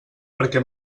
perquè